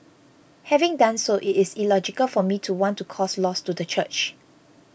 having done so it is illogical for me to want to cause loss to the church